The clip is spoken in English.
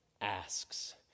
asks